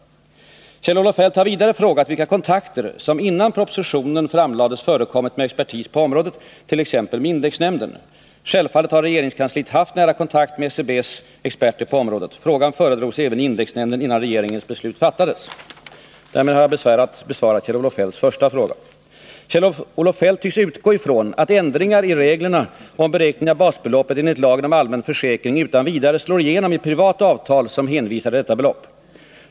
Kjell-Olof Feldt har vidare frågat vilka kontakter som innan propositionen framlades förekommit med expertis på området, t.ex. med indexnämnden. Självfallet har regeringskansliet haft nära kontakt med SCB:s experter på området. Frågan föredrogs även i indexnämnden innan regeringens beslut fattades. Därmed har jag besvarat Kjell-Olof Feldts första fråga. Kjell-Olof Feldt tycks utgå från att ändringar i reglerna om beräkningen av basbeloppet enligt lagen om allmän försäkring utan vidare slår igenom i privata avtal som hänvisar till detta basbelopp.